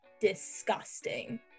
disgusting